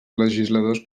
legisladors